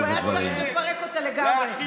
הוא היה צריך לפרק אותה לגמרי.